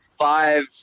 five